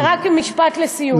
רק משפט לסיום.